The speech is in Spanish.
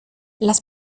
las